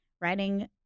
writing